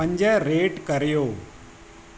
पंज रेट करियो